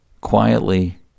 quietly